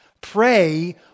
Pray